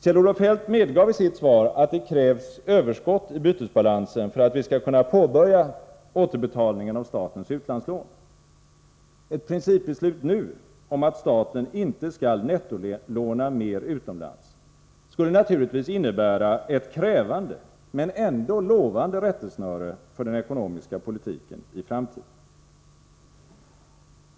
Kjell-Olof Feldt medgavi sitt svar att det krävs överskott i bytesbalansen för att vi skall kunna påbörja återbetalningen av statens utlandslån. Ett principbeslut nu om att staten inte skall nettolåna mer utomlands skulle naturligtvis innebära ett krävande men ändå lovande rättesnöre för den ekonomiska politiken i framtiden.